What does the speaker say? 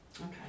Okay